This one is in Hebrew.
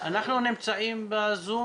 אם משרד הרווחה בזום